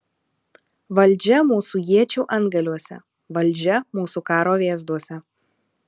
valdžia mūsų iečių antgaliuose valdžia mūsų karo vėzduose